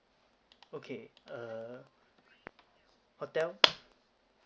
okay uh hotel